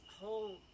whole